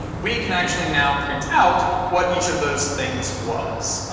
we can actually now print out what each of those things was.